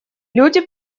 люди